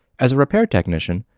as a repair technician,